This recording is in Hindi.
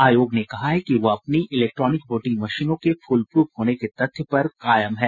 आयोग ने कहा है कि वह अपनी इलेक्ट्रॉनिक वोटिंग मशीनों के फुलप्रफ होने के तथ्य पर कायम है